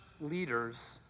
leaders